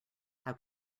how